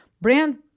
Brand